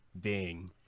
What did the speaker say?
ding